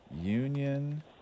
Union